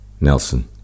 Nelson